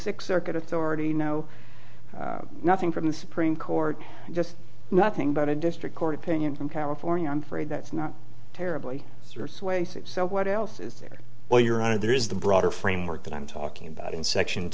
six circuit authority no nothing from the supreme court just nothing but a district court opinion from california i'm afraid that's not terribly serious way so what else is there while you're out of there is the broader framework that i'm talking about in section